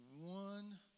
one